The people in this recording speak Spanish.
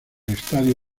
estadio